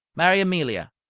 marry amelia.